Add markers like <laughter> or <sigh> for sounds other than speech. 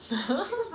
<laughs>